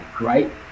right